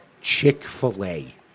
Chick-fil-A